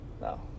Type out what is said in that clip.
no